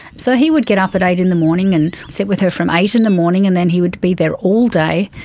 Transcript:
so he would get up at eight in the morning and sit with her from eight in the morning, and then he would be there all day,